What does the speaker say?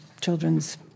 children's